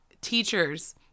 Teachers